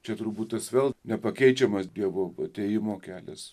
čia turbūt tas vėl nepakeičiamas dievo atėjimo kelias